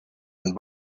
and